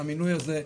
המינוי הזה,